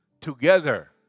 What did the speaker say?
together